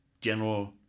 general